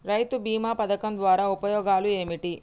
రైతు బీమా పథకం ద్వారా ఉపయోగాలు ఏమిటి?